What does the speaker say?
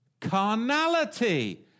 carnality